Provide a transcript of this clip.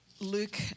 Luke